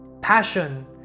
Passion